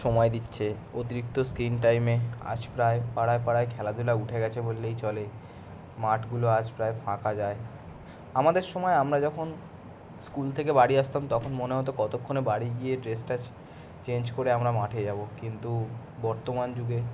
সময় দিচ্ছে অতিরিক্ত স্ক্রিন টাইমে আজ প্রায় পাড়ায় পাড়ায় খেলাধুলা উঠে গেছে বললেই চলে মাঠগুলো আজ প্রায় ফাঁকা যায় আমাদের সমায় আমরা যখন স্কুল থেকে বাড়ি আসতাম তখন মনে হতো কতোক্ষণে বাড়ি গিয়ে ড্রেস টাস চেঞ্জ করে আমরা মাঠে যাবো কিন্তু বর্তমান যুগে